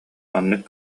маннык